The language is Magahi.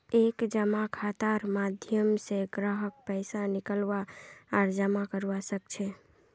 एक जमा खातार माध्यम स ग्राहक पैसा निकलवा आर जमा करवा सख छ